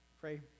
Pray